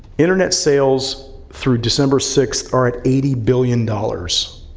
internet sales through december six are at eighty billion dollars.